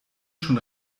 schon